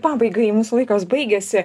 pabaigai mūsų laikas baigėsi